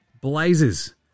Blazers